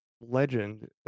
legend